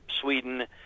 sweden